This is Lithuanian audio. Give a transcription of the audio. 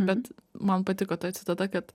bet man patiko ta citata kad